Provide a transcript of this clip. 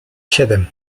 siedem